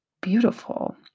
beautiful